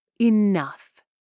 enough